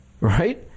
Right